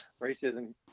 racism